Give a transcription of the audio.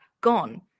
gone